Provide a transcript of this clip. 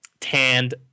tanned